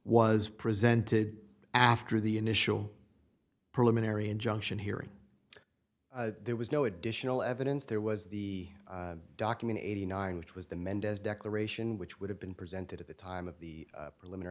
was presented after the initial preliminary injunction hearing there was no additional evidence there was the document eighty nine dollars which was the mendez declaration which would have been presented at the time of the prelimi